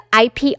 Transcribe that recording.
IP